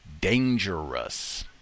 dangerous